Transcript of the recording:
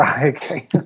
Okay